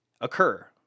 occur